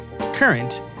current